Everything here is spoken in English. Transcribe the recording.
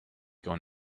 going